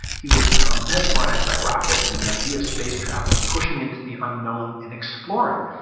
he was ah mesmerized by rockets and the idea of space travel and pushing into the unknown and exploring.